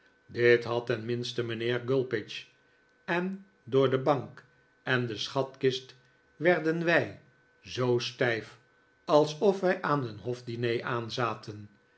dit had tenminste mijnheer gulpidge en door de bank en de schatkist werden wij zoo stijf alsof wij aan een hofdiner aanzaten